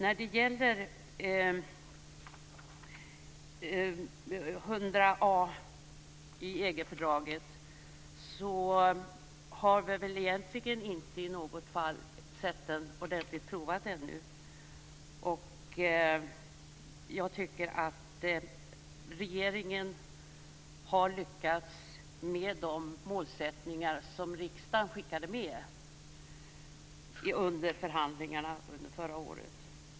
Vi har egentligen inte ännu sett artikel 100 A i EG-fördraget ordentligt prövad. Jag tycker att regeringen har lyckats med de målsättningar som riksdagen skickade med under förhandlingarna under förra året.